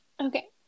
Okay